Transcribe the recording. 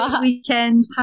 weekend